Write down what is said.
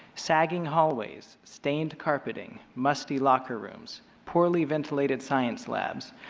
sagging hallways, stained carpeting, musty locker rooms, poorly ventilated science labs,